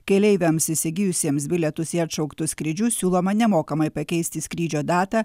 keleiviams įsigijusiems bilietus į atšauktus skrydžius siūloma nemokamai pakeisti skrydžio datą